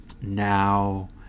now